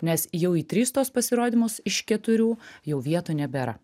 nes jau į tris tuos pasirodymus iš keturių jau vietų nebėra